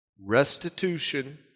restitution